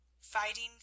FIGHTING